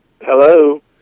Hello